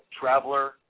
Traveler